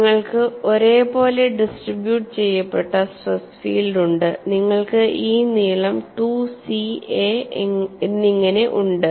നിങ്ങൾക്ക് ഒരേപോലെ ഡിസ്ട്രിബ്യുട്ട് ചെയ്യപ്പെട്ട സ്ട്രെസ് ഫീൽഡ് ഉണ്ട് നിങ്ങൾക്ക് ഈ നീളം 2 സി എ എന്നിങ്ങനെ ഉണ്ട്